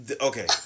Okay